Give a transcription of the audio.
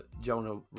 Jonah